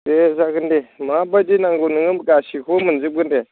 दे जागोन दे माबायदि नांगौ नोंनो गासैखौबो मोनजोबगोन दे